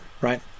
right